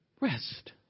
Rest